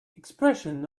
expression